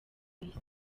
isi